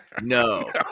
no